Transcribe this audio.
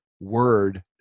word